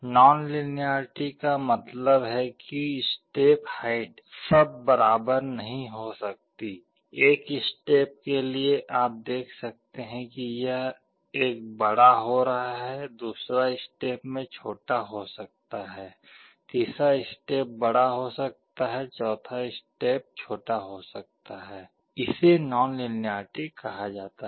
nonlinearity का मतलब है कि स्टेप हाइट सब बराबर नहीं हो सकती एक स्टेप के लिए आप देख सकते हैं कि यह बड़ा हो रहा है दूसरा स्टेप में छोटा हो सकता है तीसरा स्टेप बड़ा हो सकता है चौथा स्टेप छोटा हो सकता है इसे नॉनलीनियरिटी कहा जाता है